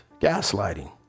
Gaslighting